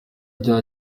rya